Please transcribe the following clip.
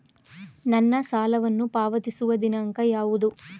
ನನ್ನ ಸಾಲವನ್ನು ಪಾವತಿಸುವ ದಿನಾಂಕ ಯಾವುದು?